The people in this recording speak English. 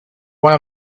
one